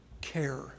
care